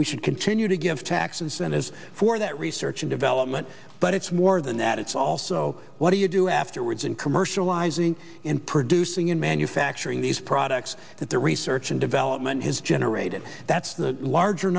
we should continue to give tax incentives for that research and development but it's more than that it's also what do you do afterwards and commercializing in producing in manufacturing these products that the research and development has generated that's the larger